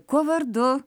kuo vardu